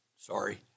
Sorry